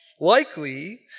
Likely